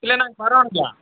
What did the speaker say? இல்லை நாங்கள் வரணுங்களா